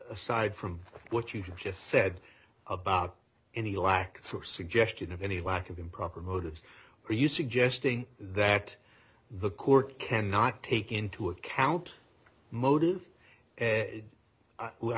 aside from what you just said about any lack suggestion of any lack of improper motives are you suggesting that the court cannot take into account motive